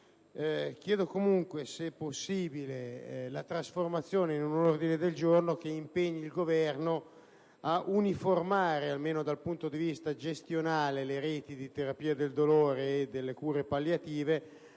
chiedo di poter trasformare l'emendamento 5.201 in un ordine del giorno che impegni il Governo ad uniformare, almeno dal punto di vista gestionale, le reti di terapia del dolore e delle cure palliative,